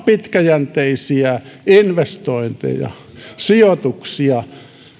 pitkäjänteisiä investointeja sijoituksia